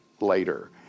later